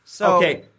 Okay